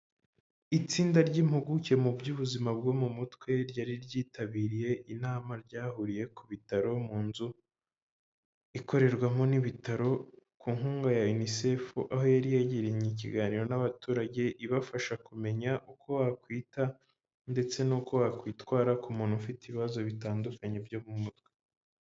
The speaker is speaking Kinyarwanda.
Itsinda ry'impuguke mu by'ubuzima bwo mu mutwe, ryari ryitabiriye inama ryahuriye ku bitaro, mu nzu ikorerwamo n'ibitaro, ku nkunga ya UNICEF, aho yari yagiranye ikiganiro n'abaturage ibafasha kumenya uko wakwita ndetse n'uko wakwitwara ku muntu ufite ibibazo bitandukanye byo mu mutwe.